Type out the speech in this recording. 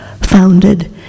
founded